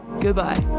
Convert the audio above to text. Goodbye